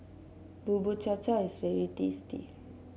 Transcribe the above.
Bubur Cha Cha is very tasty